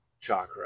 chakra